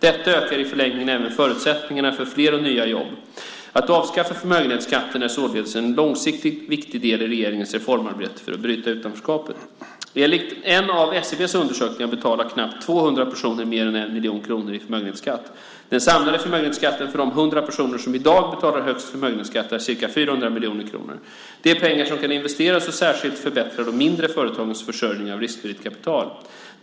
Detta ökar i förlängningen även förutsättningarna för fler och nya jobb. Att avskaffa förmögenhetsskatten är således en långsiktigt viktig del i regeringens reformarbete för att bryta utanförskapet. Enligt en av SCB:s undersökningar betalar knappt 200 personer mer än 1 miljon kronor i förmögenhetsskatt. Den samlade förmögenhetsskatten för de 100 personer som i dag betalar högst förmögenhetsskatt är ca 400 miljoner kronor. Det är pengar som kan investeras och särskilt förbättra de mindre företagens försörjning med riskvilligt kapital.